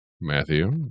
Matthew